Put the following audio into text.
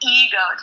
ego